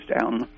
down